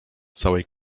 całej